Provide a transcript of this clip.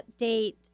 update